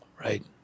Right